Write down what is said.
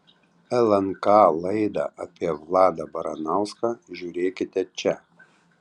lnk laidą apie vladą baranauską žiūrėkite čia